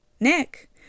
Nick